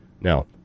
Now